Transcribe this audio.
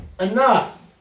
enough